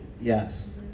yes